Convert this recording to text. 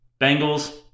Bengals